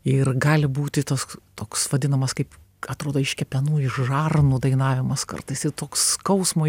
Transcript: ir gali būti tas toks vadinamas kaip atrodo iš kepenų iš žarnų dainavimas kartais ir toks skausmui